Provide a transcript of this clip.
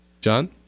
John